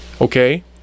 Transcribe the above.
Okay